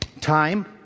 Time